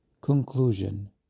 conclusion